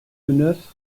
neuf